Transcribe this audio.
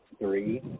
three